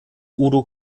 udo